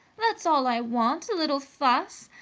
that's all i want a little fuss!